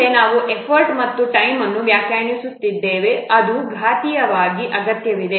ಮುಂದೆ ನಾವು ಎಫರ್ಟ್ ಮತ್ತು ಟೈಮ್ ಅನ್ನು ವ್ಯಾಖ್ಯಾನಿಸುತ್ತೇವೆ ಅದು ಘಾತೀಯವಾಗಿ ಅಗತ್ಯವಿದೆ